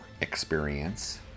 experience